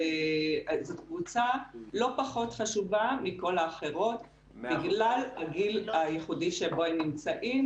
זאת קבוצה לא פחות חשובה מכל האחרות בגלל הגיל הייחודי שבו הם נמצאים